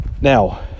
Now